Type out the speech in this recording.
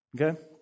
Okay